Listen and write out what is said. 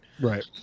right